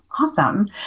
Awesome